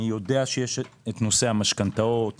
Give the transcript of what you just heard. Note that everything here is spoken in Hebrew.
אני יודע שיש נושא המשכנתאות,